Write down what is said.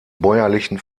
bäuerlichen